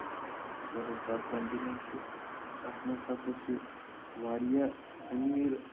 یُس ہَسا سَب کَنٹِنیٚٹ چھُ اَتھ منٛز ہَسا چھِ واریاہ أمیٖر